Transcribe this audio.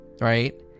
right